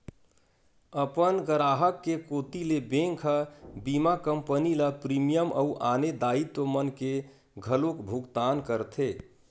अपन गराहक के कोती ले बेंक ह बीमा कंपनी ल प्रीमियम अउ आने दायित्व मन के घलोक भुकतान करथे